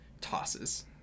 tosses